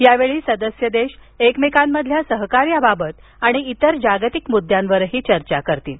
यावेळी सदस्य देश एकमेकांमधल्या सहकार्याबाबत आणि इतर जागतिक मुद्द्यांवरही चर्चा करतील